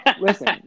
listen